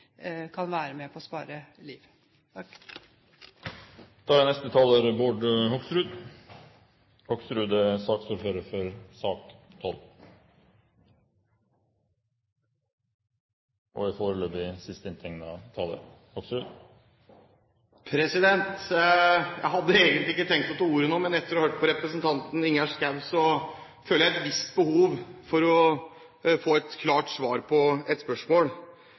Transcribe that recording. kan være med på å spare liv. Jeg hadde egentlig ikke tenkt å ta ordet nå, men etter å ha hørt på representanten Ingjerd Schou føler jeg et visst behov for å få et klart svar på et spørsmål,